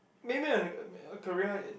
maybe on a a career in